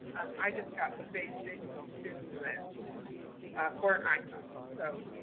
i just got the basic zoom lens for an iphone. so